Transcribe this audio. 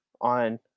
on